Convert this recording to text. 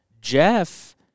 Jeff